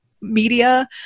media